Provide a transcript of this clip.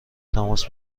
تماس